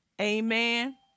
Amen